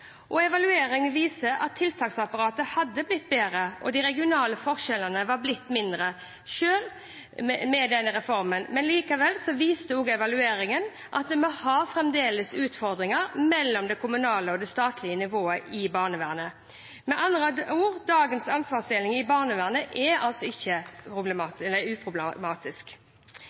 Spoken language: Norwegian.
og evalueringen viste at tiltaksapparatet hadde blitt bedre, og de regionale forskjellene hadde blitt mindre selv med denne reformen, men likevel viste evalueringen også at vi fremdeles har utfordringer mellom det kommunale og det statlige nivået i barnevernet. Med andre ord: Dagens ansvarsdeling i barnevernet er ikke